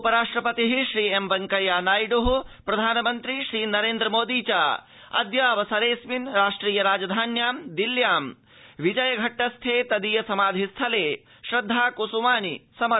उपराष्ट्रपतिः श्रीएमवेंकैयानायड़ः प्रधानमन्त्री श्रीनरेन्द्र मोदी अद्य अवसरेऽस्मिन् राष्ट्रिय राजधानां दिल्ल्यां विजय घट्टस्थे तदीय समाधि स्थले श्रद्धा कुसुमानि समर्पयिष्यति